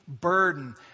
burden